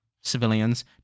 civilians